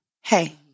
Hey